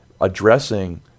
addressing